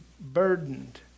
burdened